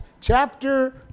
chapter